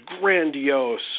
grandiose